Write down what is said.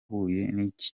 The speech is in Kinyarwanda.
n’iki